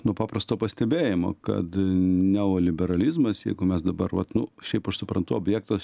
nuo paprasto pastebėjimo kad neoliberalizmas jeigu mes dabar vat nu šiaip aš suprantu objektas